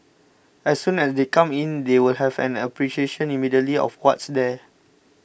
as soon as they come in they will have an appreciation immediately of what's there